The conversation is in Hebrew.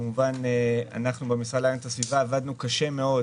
אנחנו במשרד להגנת הסביבה כמובן עבדנו קשה מאוד